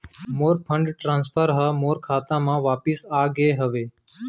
मोर fund transfer हा मोर खाता मा वापिस आ गे हवे